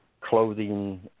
clothing